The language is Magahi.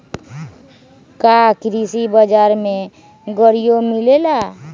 का कृषि बजार में गड़ियो मिलेला?